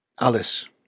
Alice